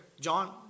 John